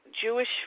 Jewish